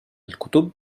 الكتب